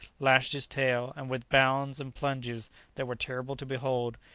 lashed its tail, and, with bounds and plunges that were terrible to behold,